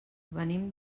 venim